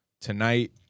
tonight